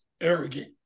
arrogant